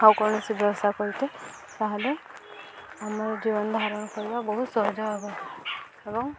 ଆଉ କୌଣସି ବ୍ୟବସାୟ କରୁଥିଲେ ତାହେଲେ ଆମର ଜୀବନ ଧାରଣ କରିବା ବହୁତ ସହଜ ହେବ ଏବଂ